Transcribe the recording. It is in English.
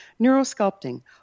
Neurosculpting